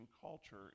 culture